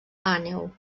àneu